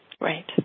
Right